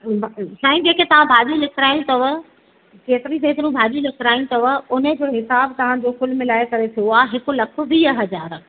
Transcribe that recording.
साईं जेके तव्हां भाॼियूं लिखाई अथव जेतिरी जेतिरियूं भाॼी लिखायूं अथव हुन जो हिसाबु तव्हांजो कुल मिलाए करे थियो आहे हिकु लख वीह हज़ार